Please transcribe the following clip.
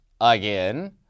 Again